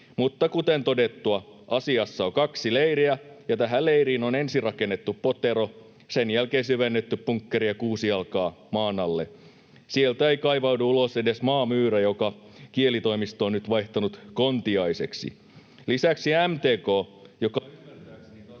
Mutta kuten todettua, asiassa on kaksi leiriä, ja tähän leiriin on ensin rakennettu potero, sen jälkeen syvennetty bunkkeria kuusi jalkaa maan alle. Sieltä ei kaivaudu ulos edes maamyyrä, jonka Kielitoimisto on nyt vaihtanut kontiaiseksi. Lisäksi MTK, joka